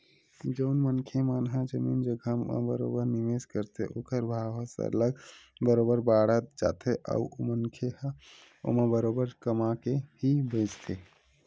जउन मनखे मन ह जमीन जघा म बरोबर निवेस करथे ओखर भाव ह सरलग बरोबर बाड़त जाथे अउ मनखे ह ओमा बरोबर कमा के ही बेंचथे